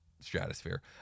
Stratosphere